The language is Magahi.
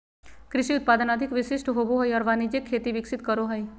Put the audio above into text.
कृषि उत्पादन अधिक विशिष्ट होबो हइ और वाणिज्यिक खेती विकसित करो हइ